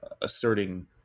asserting